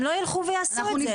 הם לא יילכו ויעשו את זה.